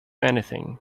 anything